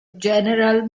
general